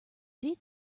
did